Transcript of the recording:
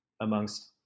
amongst